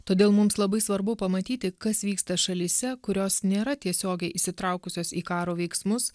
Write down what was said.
todėl mums labai svarbu pamatyti kas vyksta šalyse kurios nėra tiesiogiai įsitraukusios į karo veiksmus